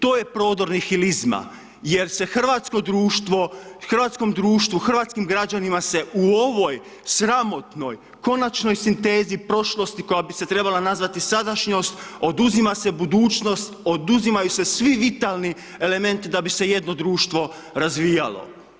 To je prodor nihilizma, jer se hrvatsko društvo, hrvatskom društvu, hrvatskim građanima se u ovoj sramotnoj, konačnoj sintezi prošlosti, koja bi se trebala nazvati sadašnjost, oduzima se budućnost, oduzimaju se svi vitalni elementi da bi se jedno društvo razvijalo.